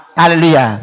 hallelujah